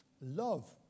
Love